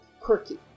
quirky